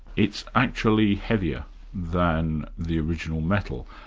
it's actually heavier than the original metal,